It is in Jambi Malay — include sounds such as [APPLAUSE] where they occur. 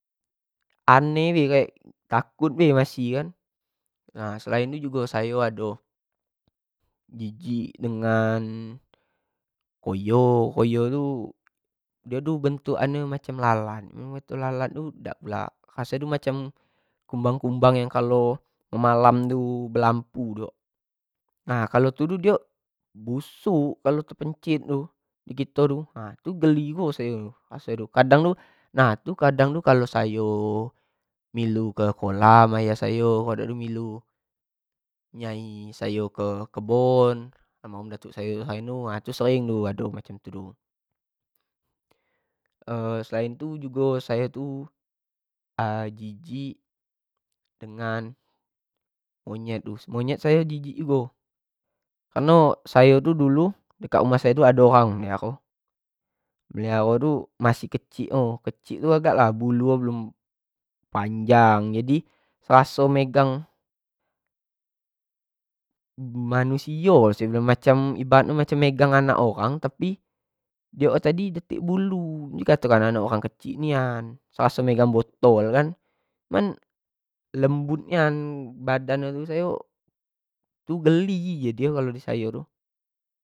Aneh be kayak takut bae masih kan, nah selain itu jugo sayo ado jijik dengan poyo, poyo tu bentuk an macam lalat, cuma bentuk lalat tu dak pulak diok tu macam kumbang-kumbang yang kalo malam tu belampu tu, nah kalo dulu tu diok busuk kalo tepencit kito tu nah kito tu nah itu geli jugo sayo kadang tu sayo tu milu ke kolam ayah sayo ko dak ado milu nyai sayo ke kebun ngomong datuk sayo tu sering [HESITATION] selain tu jugo sayo tu jijik dengan monyet tu, monyet sayo tu jijik jugo kareno sayo tu dulu dekat rumah sayo tu ado orang meliharo masih kecik bulu nyo tu masih panjang, raso megang manusio cuma ibarat nyo macam dak tek bulu macam orang nian raso megang botol, cuma badan nyo macam geli.